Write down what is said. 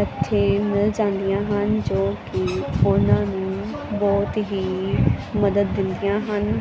ਇੱਥੇ ਮਿਲ ਜਾਂਦੀਆਂ ਹਨ ਜੋ ਕਿ ਉਹਨਾਂ ਨੂੰ ਬਹੁਤ ਹੀ ਮਦਦ ਦਿੰਦੀਆਂ ਹਨ